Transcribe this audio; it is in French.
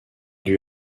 lui